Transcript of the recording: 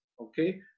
Okay